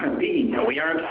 b, no we aren't,